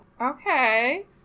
okay